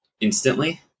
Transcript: instantly